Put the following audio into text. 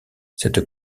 cette